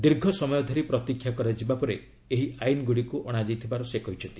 ଦୀର୍ଘ ସମୟ ଧରି ପ୍ରତୀକ୍ଷା କରାଯିବା ପରେ ଏହି ଆଇନଗୁଡ଼ିକୁ ଅଣାଯାଇଥିବାର ସେ କହିଛନ୍ତି